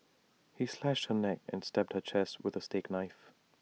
he slashed her neck and stabbed her chest with A steak knife